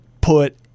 put